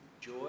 Joy